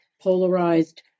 polarized